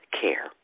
care